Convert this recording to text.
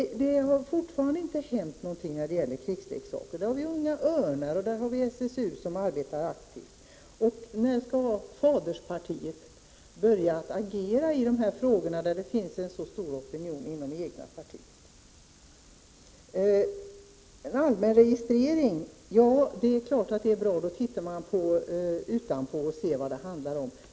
Det har fortfarande inte hänt någonting när det gäller krigsleksaker. Här arbetar Unga örnar och SSU aktivt. När skall faderspartiet börja agera i denna fråga när det finns en så stor opinion inom det egna partiet? En allmän registrering är självfallet bra, men då tittar man bara utanpå och ser vad det handlar om.